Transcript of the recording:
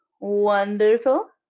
wonderful